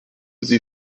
sie